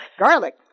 garlic